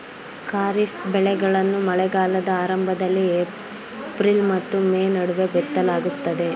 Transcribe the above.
ಖಾರಿಫ್ ಬೆಳೆಗಳನ್ನು ಮಳೆಗಾಲದ ಆರಂಭದಲ್ಲಿ ಏಪ್ರಿಲ್ ಮತ್ತು ಮೇ ನಡುವೆ ಬಿತ್ತಲಾಗುತ್ತದೆ